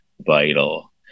vital